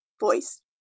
voice